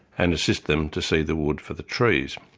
and assist them to see the wood for the trees.